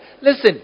listen